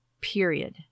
period